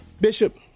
Bishop